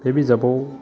बे बिजाबाव